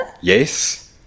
Yes